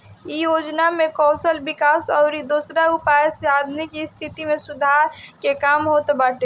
इ योजना में कौशल विकास अउरी दोसरा उपाय से आदमी के स्थिति में सुधार के काम होत बाटे